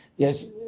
Yes